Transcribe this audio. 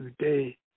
today